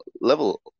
level